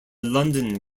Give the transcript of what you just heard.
london